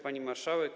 Pani Marszałek!